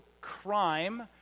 crime